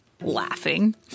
laughing